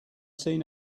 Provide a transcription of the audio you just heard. seen